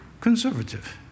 conservative